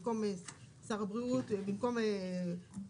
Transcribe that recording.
במקום "שר הבריאות" יבוא "שר הכלכלה".